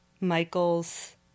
Michael's